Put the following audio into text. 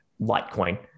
Litecoin